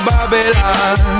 Babylon